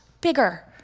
bigger